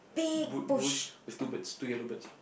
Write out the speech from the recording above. boot bush with two birds two yellow birds